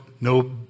no